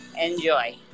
enjoy